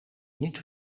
niet